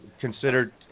considered